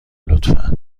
لطفا